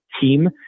team